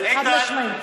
חד-משמעית.